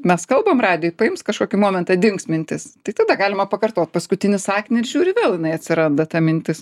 mes kalbam radijuj paims kažkokį momentą dings mintis tai tada galima pakartot paskutinį sakinį ir žiūri vėl jinai atsiranda ta mintis